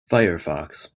firefox